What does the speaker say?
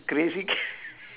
crazy